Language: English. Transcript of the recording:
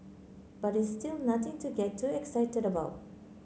but it's still nothing to get too excited about